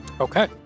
Okay